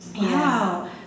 Wow